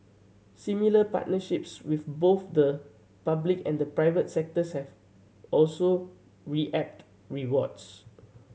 similar partnerships with both the public and the private sectors have also reaped rewards